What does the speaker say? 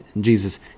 Jesus